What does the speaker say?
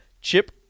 Chip